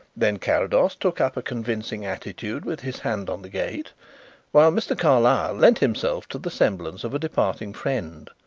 then carrados took up a convincing attitude with his hand on the gate while mr. carlyle lent himself to the semblance of a departing friend.